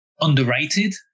underrated